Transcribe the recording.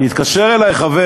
התקשר אלי חבר